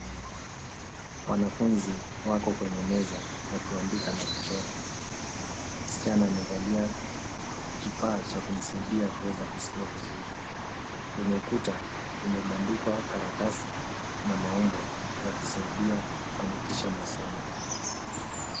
Wanafunzi wako kwenye meza wakiandika na kuchora. Msichana amevalia kifaa cha kumsaidia kusikia vizuri. Kwenye ukuta kumebandikwa karatasi na maumbo ya kusaidia kufanikisha masomo.